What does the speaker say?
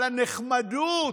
על הנחמדות,